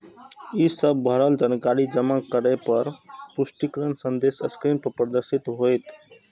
ई सब भरल जानकारी जमा करै पर पुष्टिकरण संदेश स्क्रीन पर प्रदर्शित होयत